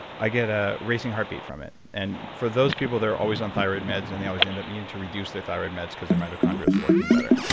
i get a racing heartbeat from it, and for those people that are always on thyroid meds and they always end up needing to reduce their thyroid meds because their mitochondria is working better.